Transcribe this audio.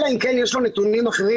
אלא אם כן יש לו נתונים אחרים,